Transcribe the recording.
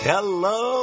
Hello